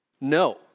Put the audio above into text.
No